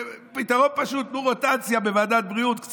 פתרון פשוט, קצת כמו רוטציה בוועדת הבריאות.